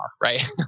right